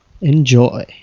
Enjoy